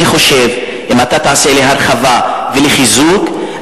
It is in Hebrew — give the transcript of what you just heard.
אם אתה תעשה להרחבה ולחיזוק,